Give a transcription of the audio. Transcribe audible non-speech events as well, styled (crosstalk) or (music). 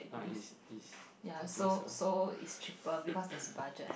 uh it's it's I think so (coughs)